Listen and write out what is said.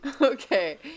okay